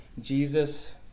Jesus